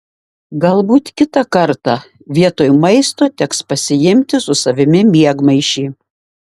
galbūt kitą kartą vietoj maisto teks pasiimti su savimi miegmaišį